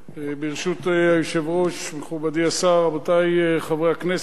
ברשות היושב-ראש, מכובדי השר, רבותי חברי הכנסת,